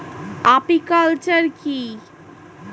Apiculture কি?